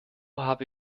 habe